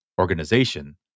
organization